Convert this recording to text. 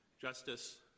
Justice